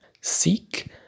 Seek